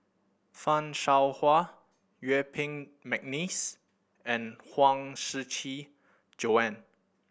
Fan Shao Hua Yuen Peng McNeice and Huang Shiqi Joan